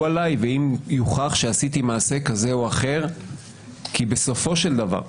עלי ואם יוכח שעשיתי מעשה כזה או אחר כי בסופו של דבר,